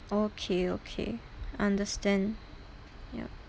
okay okay understand ya